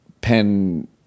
pen